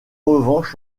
revanche